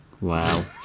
Wow